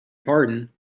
pardon